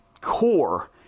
core